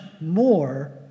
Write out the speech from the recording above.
more